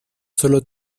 solo